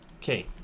Okay